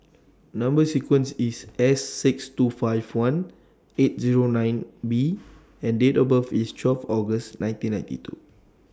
Number sequence IS S six two five one eight Zero nine B and Date of birth IS twelve August nineteen ninety two